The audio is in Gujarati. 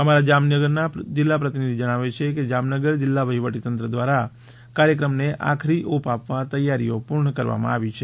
અમારા જામનગર જિલ્લાના પ્રતિનિધિ જણાવે છે કે જામનગર જિલ્લા વહીવટીતંત્ર દ્વારા કાર્યક્રમને આખરી ઓપ આપવા તૈયારીઓ પૂર્ણ કરવામાં આવી છે